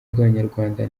bw’abanyarwanda